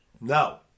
no